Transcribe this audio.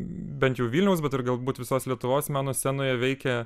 bent jau vilniaus bet ir galbūt visos lietuvos meno scenoje veikia